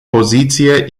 poziție